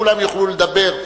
כולם יוכלו לדבר.